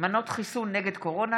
מנות חיסון נגד קורונה,